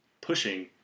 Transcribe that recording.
pushing